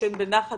בנחת